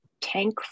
tank